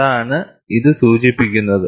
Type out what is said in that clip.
അതാണ് ഇത് സൂചിപ്പിക്കുന്നത്